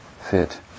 fit